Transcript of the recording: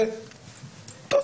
אם